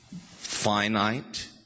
finite